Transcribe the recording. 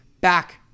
back